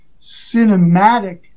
cinematic